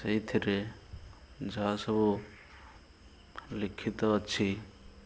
ସେଇଥିରେ ଯାହା ସବୁ ଲିଖିତ ଅଛି